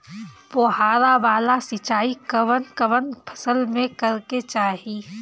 फुहारा वाला सिंचाई कवन कवन फसल में करके चाही?